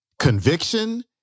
Conviction